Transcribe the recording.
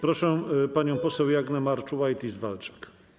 Proszę panią poseł Jagnę Marczułajtis-Walczak.